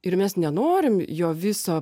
ir mes nenorim jo viso